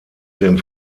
dem